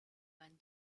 man